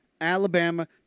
Alabama